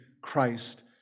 Christ